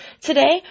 today